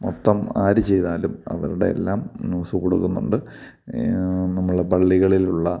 മൊത്തം ആരു ചെയ്താലും അവരുടെ എല്ലാം ന്യൂസ് കൊടുക്കുന്നുണ്ട് നമ്മളെ പള്ളികളിലുള്ള